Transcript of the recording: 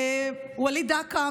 וליד דקה,